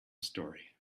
story